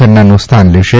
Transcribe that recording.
ખન્નાનું સ્થાન લેશે